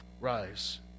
Rise